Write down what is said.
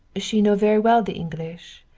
she know very well the english,